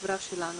לחברה שלנו.